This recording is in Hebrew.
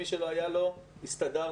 מי שלא היה לו הסתדרנו.